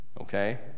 Okay